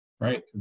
right